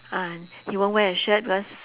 uh he won't wear a shirt because